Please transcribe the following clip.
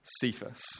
Cephas